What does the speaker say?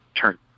turn